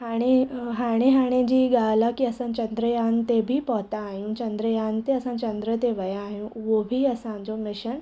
हाणे हाणे हाणे जी ॻाल्हि आहे की असां चंद्रयान ते बि पहुता आहियूं चंद्रयान ते असां चंद्र ते विया आहियूं उहो बि असांजो मिशन